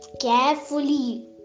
carefully